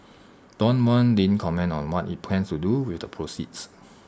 Danone didn't comment on what IT plans to do with the proceeds